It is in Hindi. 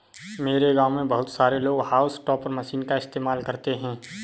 मेरे गांव में बहुत सारे लोग हाउस टॉपर मशीन का इस्तेमाल करते हैं